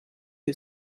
who